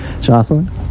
Jocelyn